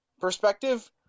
perspective